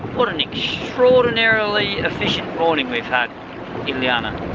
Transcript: what an extraordinarily efficient morning we've had elayna.